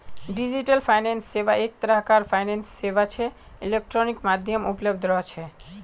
digital finance सेवा एक तरह कार फाइनेंस सेवा छे इलेक्ट्रॉनिक माध्यमत उपलब्ध रह छे